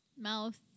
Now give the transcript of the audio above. Mouth